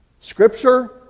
scripture